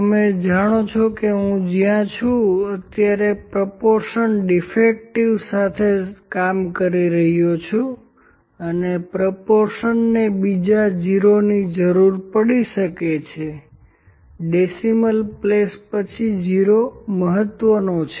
તમે જાણો છો કે હું જ્યાં છું અત્યારે પ્રોપોર્શન ડીફેક્ટિવ સાથે કામ કરી રહ્યો અને પ્રોપોર્શનને બીજા 0 ની જરૂર પડી શકે છે ડેસિમલ પછી 0 મહત્વનો છે